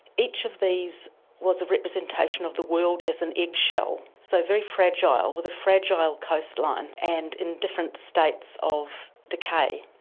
each of these was a representation of the world as an eggshell, so very fragile with a fragile coastline, and in different states of decay.